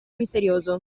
misterioso